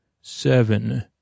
Seven